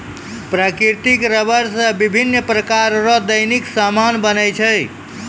प्राकृतिक रबर से बिभिन्य प्रकार रो दैनिक समान बनै छै